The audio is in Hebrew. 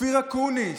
אופיר אקוניס,